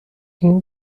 این